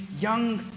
young